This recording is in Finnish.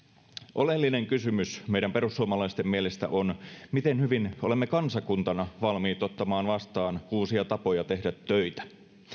oleellinen kysymys meidän perussuomalaisten mielestä on miten hyvin olemme kansakuntana valmiit ottamaan vastaan uusia tapoja tehdä töitä